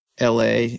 LA